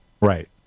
Right